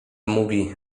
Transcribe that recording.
mówi